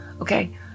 Okay